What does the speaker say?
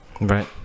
Right